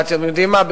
ואתם יודעים מה,